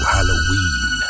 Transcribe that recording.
Halloween